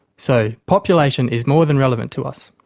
so, population is more than relevant to us.